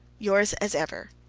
yours as ever,